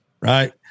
Right